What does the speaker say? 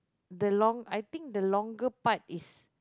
the long I think the longer part is